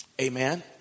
Amen